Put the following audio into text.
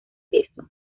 peso